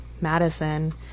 Madison